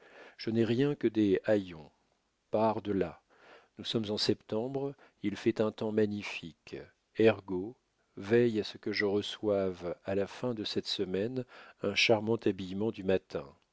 je n'ai rien que des haillons pars de là nous sommes en septembre il fait un temps magnifique erg veille à ce que je reçoive à la fin de cette semaine un charmant habillement du matin